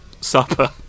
supper